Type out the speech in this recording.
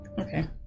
Okay